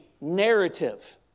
narrative